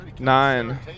nine